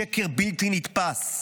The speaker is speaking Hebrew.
שקר בלתי נתפס.